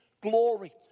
glory